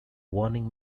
warning